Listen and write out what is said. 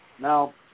Now